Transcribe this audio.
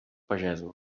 pagesos